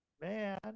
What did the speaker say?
man